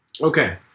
Okay